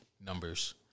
numbers